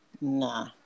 Nah